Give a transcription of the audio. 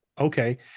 okay